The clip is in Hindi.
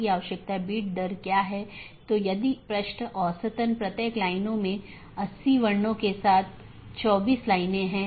नेटवर्क लेयर रीचैबिलिटी की जानकारी की एक अवधारणा है